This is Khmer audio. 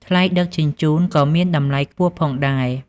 ថ្លៃដឹកជញ្ជូនក៏មានតម្លៃខ្ពស់ផងដែរ។